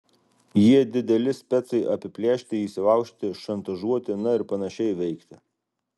jie dideli specai apiplėšti įsilaužti šantažuoti na ir panašiai veikti